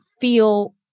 feel